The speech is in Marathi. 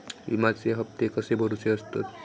विम्याचे हप्ते कसे भरुचे असतत?